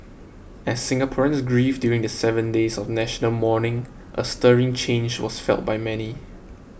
as Singaporeans grieved during the seven days of national mourning a stirring change was felt by many